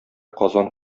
казан